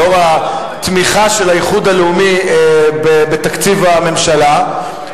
לאור התמיכה של האיחוד הלאומי בתקציב הממשלה,